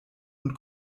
und